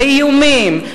לאיומים,